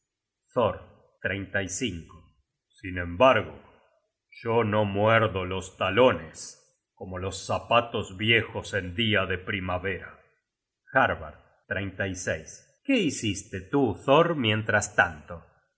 generated at thor sin embargo yo no muerdo los talones como los zapatos viejos en dia de primavera harbard qué hiciste tú thor mientras tanto